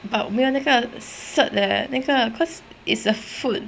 but 我没有那个 certificate leh 那个 because it's a food